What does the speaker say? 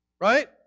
right